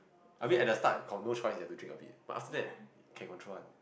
I mean at the start got no choice you have to drink a bit but after that can control one